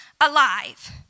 alive